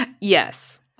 Yes